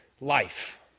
life